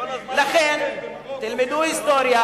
לכן, תלמדו היסטוריה.